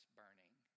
burning